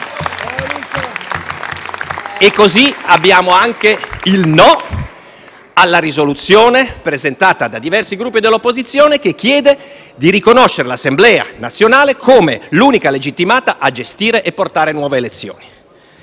E così abbiamo anche il no alla proposta di risoluzione presentata da diversi Gruppi dell'opposizione che chiede di riconoscere l'Assemblea nazionale come l'unica legittimata a gestire e portare a nuove elezioni.